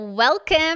Welcome